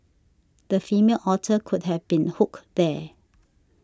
the female otter could have been hooked there